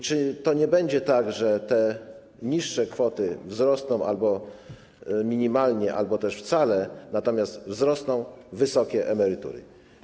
Czy nie będzie tak, że te niższe kwoty wzrosną minimalnie albo też wcale, natomiast wzrosną wysokie emerytury?